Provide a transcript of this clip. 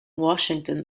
washington